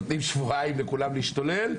נותנים שבועיים לכולם להשתולל,